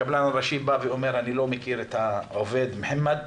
הקבלן הראשי אומר: אני לא מכיר את העובד מוחמד,